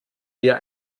wir